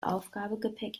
aufgabegepäck